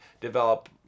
develop